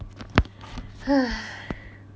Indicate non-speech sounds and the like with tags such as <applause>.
<noise>